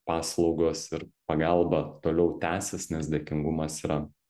paslaugos ir pagalba toliau tęsis nes dėkingumas yra